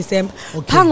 Okay